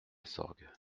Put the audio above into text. sorgue